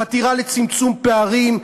חתירה לצמצום פערים,